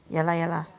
ya lah ya lah